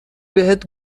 بهت